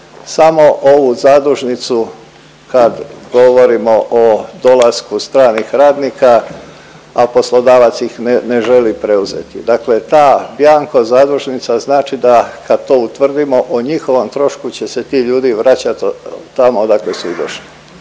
samo ovu zadužnicu kad govorimo o dolasku stranih radnika, a poslodavac ih ne želi preuzeti. Dakle ta bianko zadužnica znači da kad to utvrdimo o njihovom trošku će se ti ljudi vraćat tamo odakle su i došli.